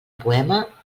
poema